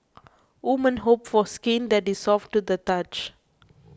women hope for skin that is soft to the touch